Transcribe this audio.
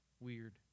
weird